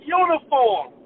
uniform